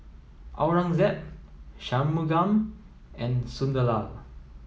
Aurangzeb Shunmugam and Sunderlal